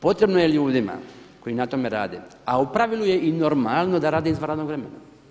Potrebno je ljudima koji na tome rade, a u pravilu je i normalno da rade izvan radnog vremena.